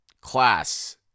class